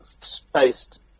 spaced